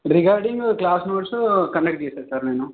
regarding class notes conduct చేశాను sir నేను